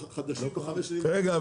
רגע.